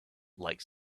like